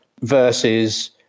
versus